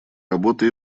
работы